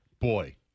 Boy